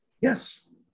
Yes